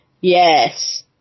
yes